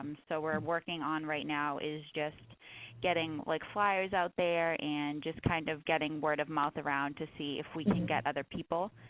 um so what we're working on right now is just getting like flyers out there and just kind of getting word of mouth around to see if we can get other people.